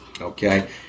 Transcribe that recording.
Okay